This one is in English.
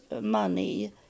money